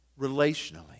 relationally